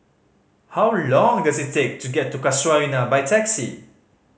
how long does it take to get to Casuarina by taxi